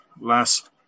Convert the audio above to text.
last